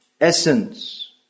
essence